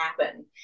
happen